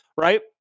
right